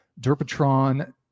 derpatron